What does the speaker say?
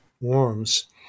warms